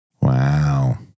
Wow